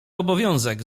obowiązek